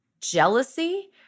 jealousy